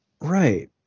Right